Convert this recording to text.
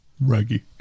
Raggy